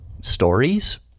Stories